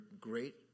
great